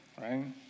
right